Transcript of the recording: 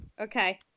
Okay